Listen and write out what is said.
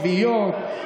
שביעיות.